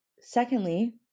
secondly